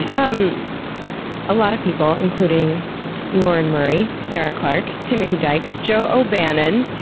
um a lot of people, including lauren murray, sarah clark, timothy dykes, joe o'bannon,